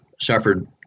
suffered